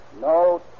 no